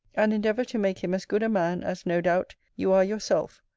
and endeavour to make him as good a man, as, no doubt, you are yourself,